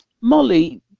Molly